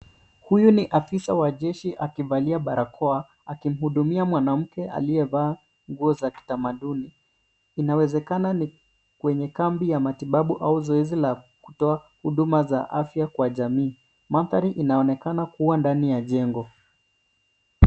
Huyu ni afisa wa jeshi akivalia barakoa akimhudumia mwanamke aliyevaa nguo za kitamaduni. Inawezekana ni kwenye kambi ya matibabu au zoezi ya kutoa huduma za afya kwa jamii. Mandhari inaonekana kuwa ndani ya jengo.